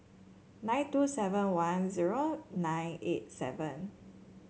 nine two seven one zero nine eight seven